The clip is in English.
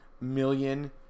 million